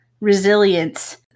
resilience